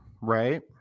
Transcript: right